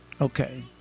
Okay